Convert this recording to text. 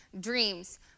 dreams